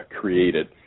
created